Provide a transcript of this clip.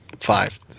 five